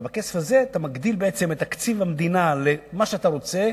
ובכסף הזה אתה מגדיל בעצם את תקציב המדינה למה שאתה רוצה,